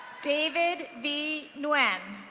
david v nguyen.